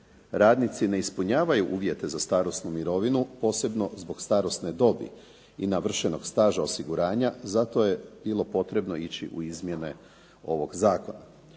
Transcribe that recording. radnici ne ispunjavaju uvjete za starosnu mirovinu, posebno zbog starosne dobi i navršenog staža osiguranja, zato je bilo potrebno ići u izmjene ovog zakona.